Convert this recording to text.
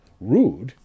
Rude